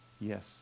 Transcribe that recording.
Yes